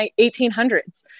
1800s